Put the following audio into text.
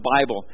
Bible